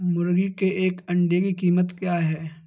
मुर्गी के एक अंडे की कीमत क्या है?